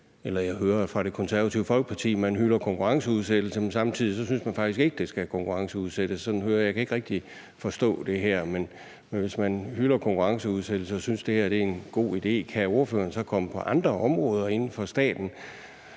Jeg hører fra Det Konservative Folkeparti, at man hylder konkurrenceudsættelse, men samtidig synes man faktisk ikke, det skal konkurrenceudsættes. Sådan hører jeg det, og jeg kan ikke rigtig forstå det. Hvis man hylder konkurrenceudsættelse og synes, det her er en god idé, kan ordføreren så komme på andre områder inden for staten,